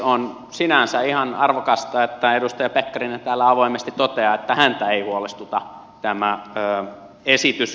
on sinänsä ihan arvokasta että edustaja pekkarinen täällä avoimesti toteaa että häntä ei huolestuta tämä esitys